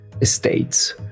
estates